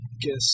guess